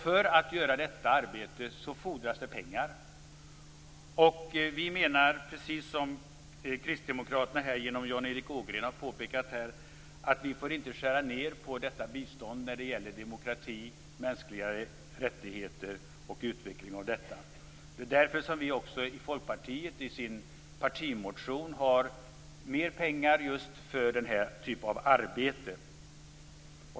För att göra detta arbete fordras det pengar. Vi menar, precis som kristdemokraterna har påpekat genom Jan Erik Ågren, att vi inte får skära ned på detta bistånd när det gäller demokrati, mänskliga rättigheter och utveckling av detta. Det är därför som Folkpartiet i sin partimotion har mer pengar för just den här typen av arbete.